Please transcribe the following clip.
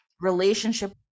relationship